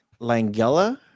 Langella